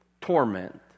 torment